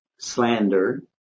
slander